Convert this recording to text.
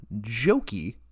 Jokey